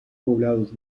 poblados